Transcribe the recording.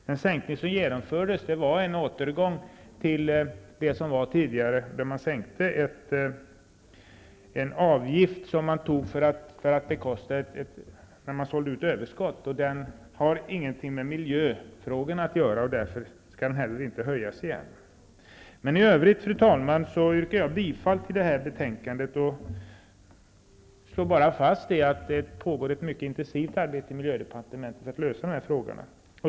Den sänkning som genomfördes var en återgång till det som var tidigare då man höjde en avgift för att bekosta utförsäljning av överskott. Den har ingenting med miljöfrågorna att göra, och därför skall den inte heller höjas igen. I övrigt, fru talman, yrkar jag bifall till hemställan i detta betänkande. Jag slår fast att det pågår ett intensivt arbete i miljödepartementet för att lösa dessa frågor.